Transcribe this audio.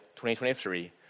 2023